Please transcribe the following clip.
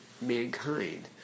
mankind